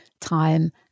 time